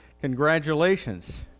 congratulations